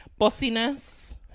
Bossiness